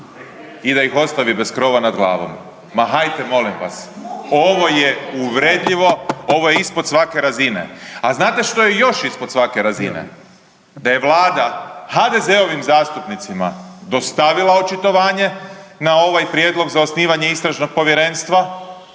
i da ih ostavi bez krova nad glavom. Ma hajte molim vas! Ovo je uvredljivo, ovo je ispod svake razine. A znate što je još ispod svake razine? Da je Vlada HDZ-ovim zastupnicima dostavila očitovanje na ovaj prijedlog za osnivanje istražnog povjerenstva,